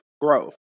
Growth